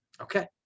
Okay